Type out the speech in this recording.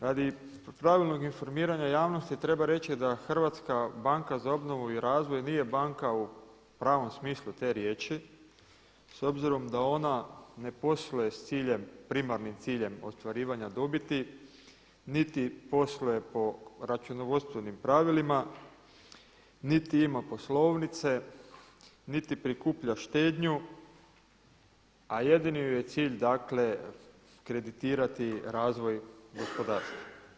Radi pravilnog informiranja javnosti treba reći da HBOR nije banka u pravom smislu te riječi s obzirom da ona ne posluje s ciljem, primarnim ciljem ostvarivanja dobiti niti posluje po računovodstvenim pravilima, niti ima poslovnice, niti prikuplja štednju a jedini joj je cilj dakle kreditirati razvoj gospodarstva.